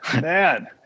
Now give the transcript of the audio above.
Man